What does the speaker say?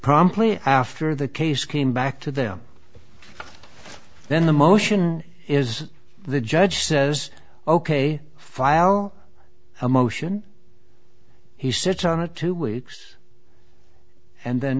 promptly after the case came back to them then the motion is the judge says ok file a motion he sits on it two weeks and then